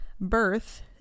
birth